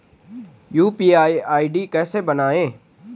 UPI ID कैसे बनायें?